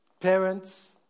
parents